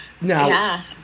Now